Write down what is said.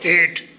हेठि